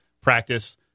practice